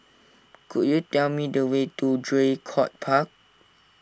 could you tell me the way to Draycott Park